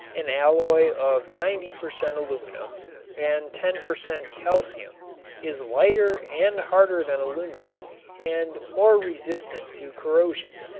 an alloy of ninety per cent. aluminum and ten per cent. calcium is lighter and harder than aluminum and more resistant to corrosion.